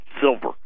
silver